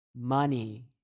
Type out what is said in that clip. money